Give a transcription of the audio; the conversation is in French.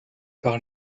par